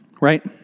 right